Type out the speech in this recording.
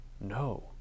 no